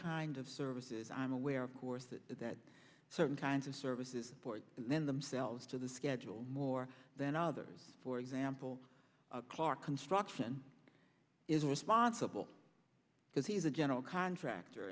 kind of services i'm aware of course that sort of kinds of services and then themselves to the schedule more than others for example clark construction is responsible because he's a general contractor